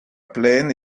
plaine